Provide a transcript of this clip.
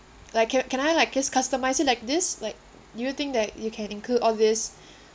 like can can I like just customize like this like do you think that you can include all this